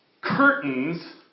curtains